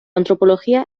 antropología